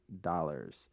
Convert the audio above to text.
dollars